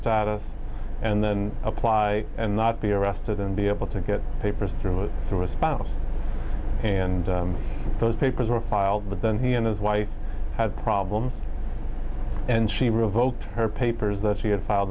status and then apply and not be arrested and be able to get papers through it through a spouse and those papers were filed but then he and his wife had problems and she revoked her papers that she had f